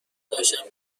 داشتم